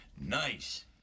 Nice